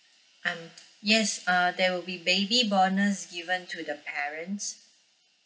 I'm yes uh there will be baby bonus given to the parents